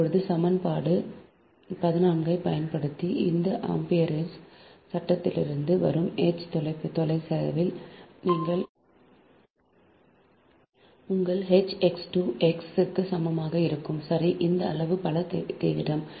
இப்போது சமன்பாடு 14 ஐப் பயன்படுத்தி அந்த ஆம்பியர்ஸ் சட்டத்திலிருந்து வரும் எச் x தொலைவில் உங்கள் H x 2 x க்கு சமமாக இருக்கும் சரி அந்த அளவு புல தீவிரம்